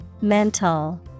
Mental